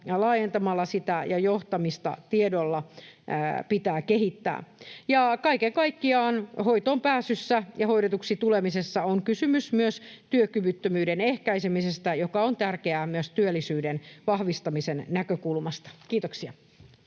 laajentamalla sitä, ja johtamista tiedolla pitää kehittää. Kaiken kaikkiaan hoitoonpääsyssä ja hoidetuksi tulemisessa on kysymys myös työkyvyttömyyden ehkäisemisestä, joka on tärkeää myös työllisyyden vahvistamisen näkökulmasta. Tämä